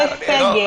הכבוד.